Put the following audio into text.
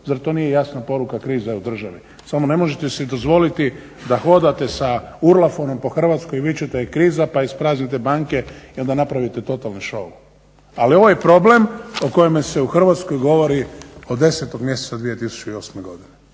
zar to nije jasna poruka kriza je u državi? Samo ne možete si dozvoliti da hodate sa urlafonom po Hrvatskoj i vičete kriza, pa ispraznite banke i onda napravite totalni show. Ali ovaj problem o kojemu se u Hrvatskoj govori od 10. mjeseca 2008. godine.,